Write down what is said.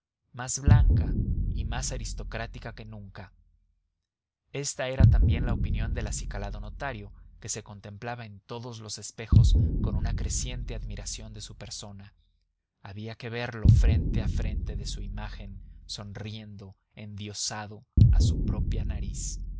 más blanca y más aristocrática que nunca esta era también la opinión del acicalado notario que se contemplaba en todos los espejos con una creciente admiración de su persona había que verlo frente a frente de su imagen sonriendo endiosado a su propia nariz